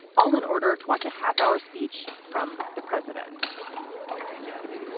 all in order to watch a half hour speech from the president yeah